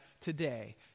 today